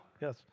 Yes